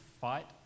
fight